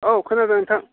औ खोनादों नोंथां